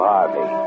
Harvey